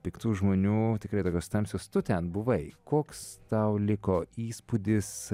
piktų žmonių tikrai tokios tamsios tu ten buvai koks tau liko įspūdis